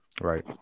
Right